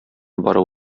барып